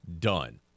done